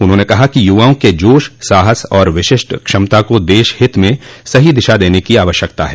उन्होंने कहा कि युवाओं के जोश साहस और विशिष्ट क्षमता को देश हित में सही दिशा देने की आवश्यकता है